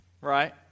Right